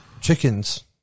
Chickens